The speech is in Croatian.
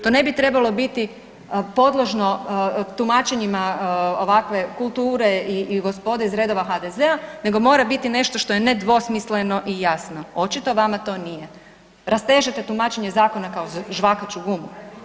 To ne bi trebalo biti podložno tumačenjima ovakve kulture i gospode iz redova HDZ-a nego mora biti nešto što je nedvosmisleno i jasno, očito vama to nije, rastežete tumačenje zakona kao žvakaću gumu.